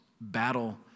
battle